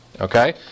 Okay